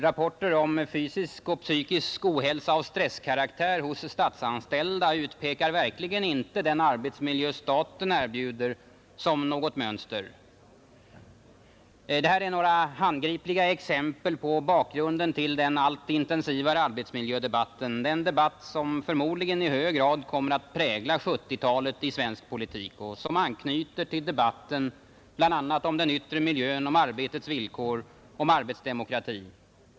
Rapporter om fysisk och psykisk ohälsa av stresskaraktär hos statsanställda utpekar verkligen inte den arbetsmiljö staten erbjuder som något mönster. Det här är några handgripliga exempel på bakgrunden till den allt intensivare arbetsmiljödebatten — den debatt som förmodligen i hög grad kommer att prägla 1970-talet i svensk politik och som anknyter till debatten bl.a. om den yttre miljön, om arbetets villkor, om arbetsdemokrati.